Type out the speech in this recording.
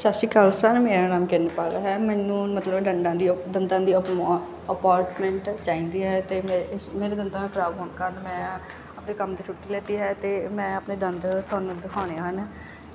ਸਤਿ ਸ਼੍ਰੀ ਅਕਾਲ ਸਰ ਮੇਰਾ ਨਾਮ ਕਿਰਨਪਾਲ ਹੈ ਮੈਨੂੰ ਮਤਲਬ ਡੰਡਾ ਦੀ ਦੰਦਾਂ ਦੀ ਓਪਮੋ ਅਪਾਰਟਮੈਂਟ ਚਾਹੀਦੀ ਹੈ ਅਤੇ ਮੇਰੇ ਇਸ ਮੇਰੇ ਦੰਦਾਂ ਖ਼ਰਾਬ ਹੋਣ ਕਾਰਨ ਮੈਂ ਆਪਣੇ ਕੰਮ 'ਤੇ ਛੁੱਟੀ ਲੈਤੀ ਹੈ ਅਤੇ ਮੈਂ ਆਪਣੇ ਦੰਦ ਤੁਹਾਨੂੰ ਦਿਖਾਉਣੇ ਹਨ